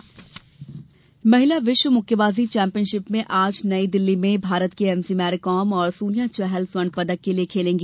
महिला मुक्केबाजी महिला विश्व मुक्केबाजी चैंपियनशिप में आज नई दिल्ली में भारत की एम सी मेरिकॉम और सोनिया चाहल स्वर्ण पदक के लिए खेलेंगी